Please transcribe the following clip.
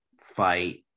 fight